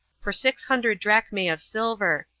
for six hundred drachmae of silver,